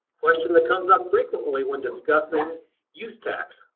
question that comes up frequently when discussing use tax.